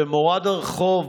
במורד הרחוב,